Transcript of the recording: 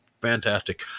fantastic